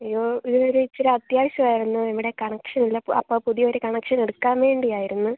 ഇയ്യോ ഇതൊരു ഇച്ചിരി അത്യാവശ്യവായിരുന്നു ഇവിടെ കണക്ഷനില്ല അപ്പം പുതിയൊര് കണക്ഷനെടുക്കാൻ വേണ്ടിയായിരുന്നു